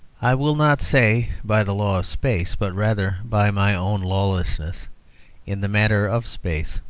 i will not say by the law of space, but rather by my own lawlessness in the matter of space.